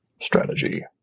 strategy